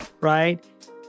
right